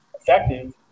effective